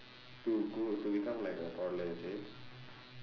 to go to become like a toddler is it